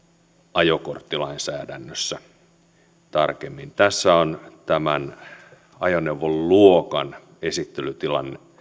ajokorttilainsäädännössä tarkemmin tässä on tämän ajoneuvoluokan esittelyosuus